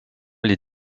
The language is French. les